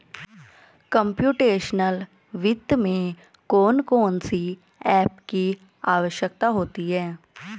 computational वित्त में कौन कौन सी एप की आवश्यकता होती है